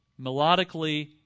melodically